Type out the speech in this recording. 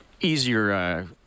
easier